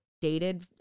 Dated